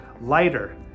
lighter